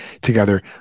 together